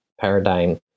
paradigm